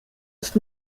ist